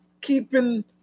keeping